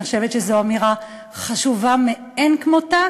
אני חושבת שזו אמירה חשובה מאין כמותה,